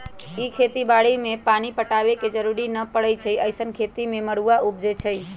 इ खेती बाड़ी में पानी पटाबे के जरूरी न परै छइ अइसँन खेती में मरुआ उपजै छइ